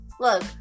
look